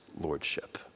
lordship